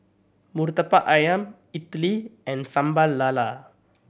Murtabak Ayam idly and Sambal Lala